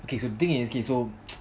okay so the thing is okay so